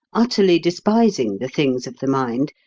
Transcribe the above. utterly despising the things of the mind,